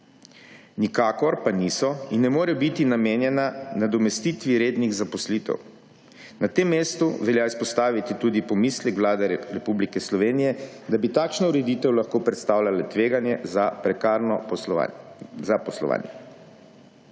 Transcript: Nikakor pa niso in ne morejo biti namenjena nadomestitvi rednih zaposlitev. Na tem mestu velja izpostaviti tudi pomislek Vlade Republike Slovenije, da bi takšna ureditev lahko predstavljala tveganje za prekarno zaposlovanje.